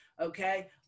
Okay